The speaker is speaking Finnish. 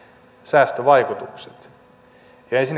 ja ensinnäkin tähän